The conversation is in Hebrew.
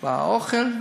הוא בעניין האוכל.